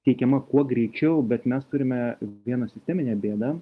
teikiama kuo greičiau bet mes turime vieną sisteminę bėdą